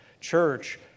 church